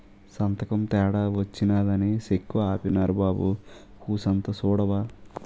సంతకం తేడా వచ్చినాదని సెక్కు ఆపీనారు బాబూ కూసంత సూడవా